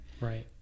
Right